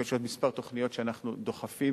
יש עוד כמה תוכניות שאנחנו דוחפים